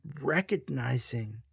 recognizing